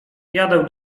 jadę